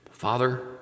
Father